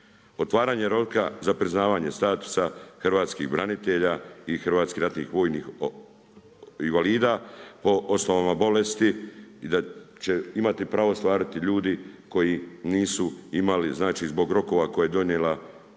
ne razumije./… za priznavanje statusa hrvatskih branitelja i hrvatskih ratnih vojnih invalida, po osnovama bolesti i da će imati pravo ostvariti ljudi koji nisu imali, znači zbog rokova koje je donijela čini